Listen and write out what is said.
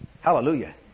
Hallelujah